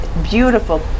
Beautiful